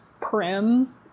prim